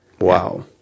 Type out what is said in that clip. Wow